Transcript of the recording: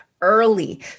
early